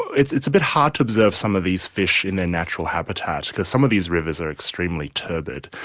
it's it's a bit hard to observe some of these fish in their natural habitat because some of these rivers are extremely turbid.